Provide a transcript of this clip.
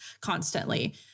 constantly